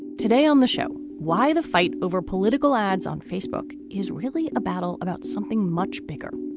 today on the show why the fight over political ads on facebook is really a battle about something much bigger.